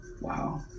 Wow